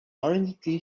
orange